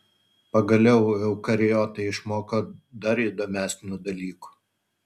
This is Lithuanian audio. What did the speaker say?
pagaliau eukariotai išmoko dar įdomesnių dalykų